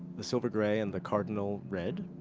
the silver gray and the cardinal red.